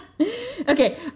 okay